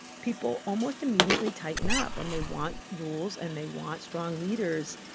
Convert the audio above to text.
people almost immediately tighten up and they want rules and they want strong leaders.